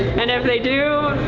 and if they do